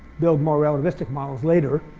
build more relativistic models later.